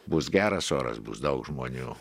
bus geras oras bus daug žmonių